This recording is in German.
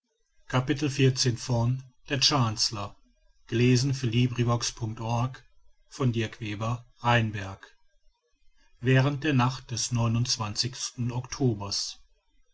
während der nacht vom